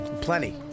Plenty